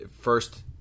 first